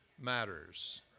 matters